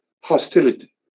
hostility